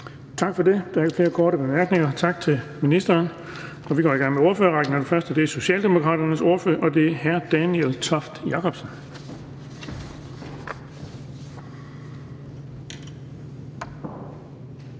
Tak for det. Der er ikke flere korte bemærkninger. Tak til ministeren. Vi går i gang med ordførerrækken, og den første er Socialdemokraternes ordfører, og det er hr. Daniel Toft Jakobsen. Kl.